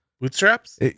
Bootstraps